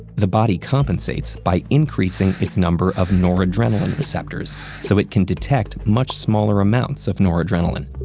the body compensates by increasing its number of noradrenaline receptors so it can detect much smaller amounts of noradrenaline.